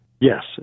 Yes